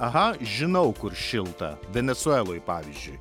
aha žinau kur šilta venesueloj pavyzdžiui